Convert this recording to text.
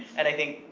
and i think,